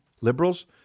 liberals